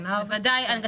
מה עם אנגלית?